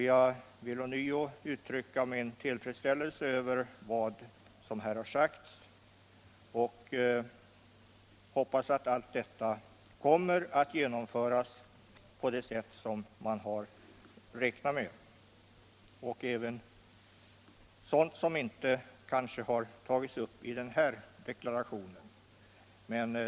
Jag vill ånyo uttrycka min tillfredsställelse över vad som här har sagts och hoppas att allt detta kommer att genomföras på det sätt som man har räknat med, och därtill även sådant som kanske inte tagits med i denna deklaration.